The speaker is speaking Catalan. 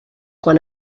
quan